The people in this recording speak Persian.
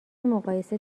مقایسه